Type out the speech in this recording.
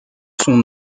son